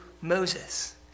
Moses